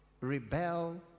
rebel